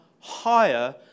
higher